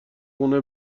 خونه